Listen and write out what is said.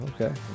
okay